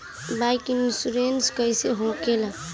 Bike insurance कैसे होखे ला?